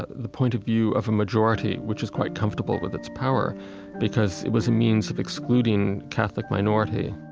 the point of view of a majority, which is quite comfortable with its power because it was a means of excluding catholic minority